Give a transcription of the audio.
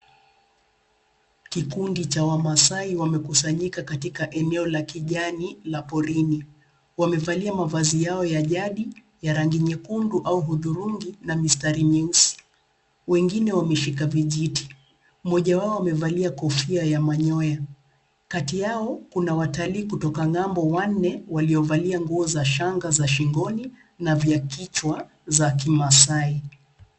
Kikundi cha wamasai wamekusanyika katika eneo la kijani la porini wamevalia mafasi yao ya jadi ya rangi nyekundu au hudhurungi na mistari mieusi wengine wameshika vijiti, mmoja wao amevalia kofia ya manyoya. Kati yao Kuna watalii kutoka ngambo wanne waliofalia nguo ya shanga za shingoni na vya kichwa za kimasai.